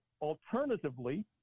alternatively